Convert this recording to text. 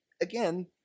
again